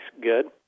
good